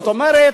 זאת אומרת,